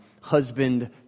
husband